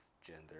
Gender